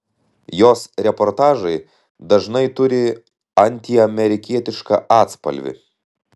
jos reportažai dažnai turi antiamerikietišką atspalvį